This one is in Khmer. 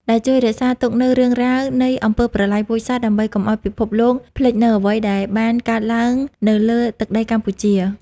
ដែលជួយរក្សាទុកនូវរឿងរ៉ាវនៃអំពើប្រល័យពូជសាសន៍ ដើម្បីកុំឲ្យពិភពលោកភ្លេចនូវអ្វីដែលបានកើតឡើងនៅលើទឹកដីកម្ពុជា។